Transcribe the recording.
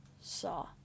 saw